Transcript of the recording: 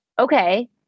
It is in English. okay